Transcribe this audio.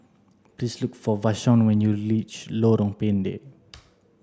please look for Vashon when you Lorong Pendek